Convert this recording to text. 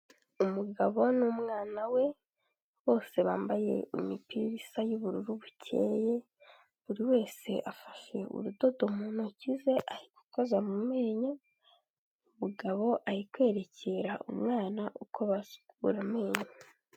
Umugabo n'umwana we bose bambaye imipira isa y'ubururu bukeye buri wese afashe urudodo mu ntoki ze ari gukoza mu menyo umugabo ari kwerekera umwana uko basukura amenyo.